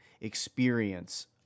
experience